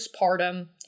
postpartum